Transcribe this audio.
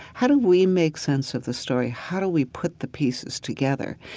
how do we make sense of the story? how do we put the pieces together?